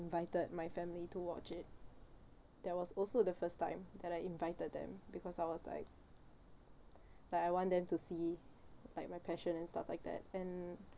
invited my family to watch it that was also the first time that I invited them because I was like like I want them to see like my passion and stuff like that and